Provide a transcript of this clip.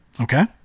Okay